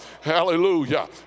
Hallelujah